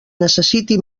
necessiti